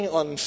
on